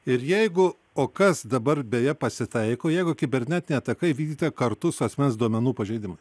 ir jeigu o kas dabar beje pasitaiko jeigu kibernetinė ataka įvykdyta kartu su asmens duomenų pažeidimu